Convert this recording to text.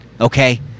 Okay